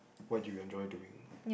what do you enjoy doing